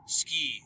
ski